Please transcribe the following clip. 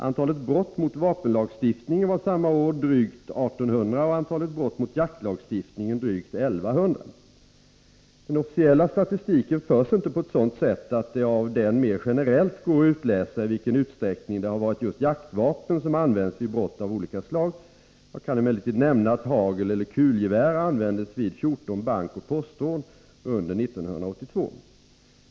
Antalet brott mot vapenlagstiftningen var samma år drygt 1800 och antalet brott mot jaktlagstiftningen drygt 1100. Den officiella statistiken förs inte på ett sådant sätt att det av den mera generellt går att utläsa i vilken utsträckning det har varit jaktvapen som använts vid brott av olika slag. Jag kan emellertid nämna att hageleller kulgevär användes vid 14 bankoch postrån under år 1982.